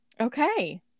Okay